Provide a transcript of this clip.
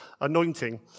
anointing